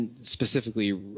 specifically